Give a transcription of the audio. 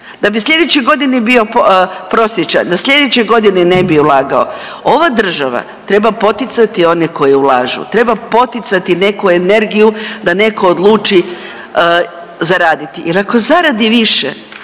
da bi slijedeće godine bio prosječan, da slijedeće godine ne bi ulagao. Ova država treba poticati one koji ulažu, treba poticati neku energiju da neko odluči zaraditi jer ako zaradi više